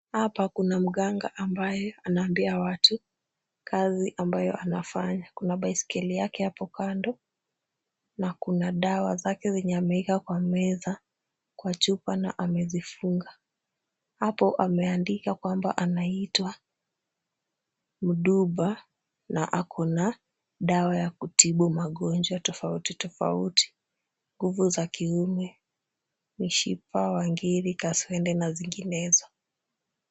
Hapa kuna mganga ambaye anaambia watu kazi ambayo anafanya. Kuna baiskeli yake hapo kando na kuna dawa zake zenye ameweka kwa meza kwa chupa na amezifunga. Hapo ameandika kwamba anaitwa Mduba na ako na dawa ya kutibu magonjwa tofauti tofauti. Nguvu za kiume, mshipa wa ngiri, kaswende na zinginezo.